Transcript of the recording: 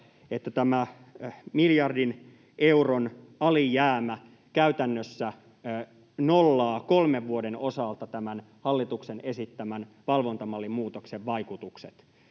että tämä miljardin euron alijäämä käytännössä nollaa 3 vuoden osalta tämän hallituksen esittämän valvontamallin muutoksen vaikutukset